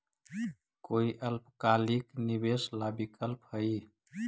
कोई अल्पकालिक निवेश ला विकल्प हई?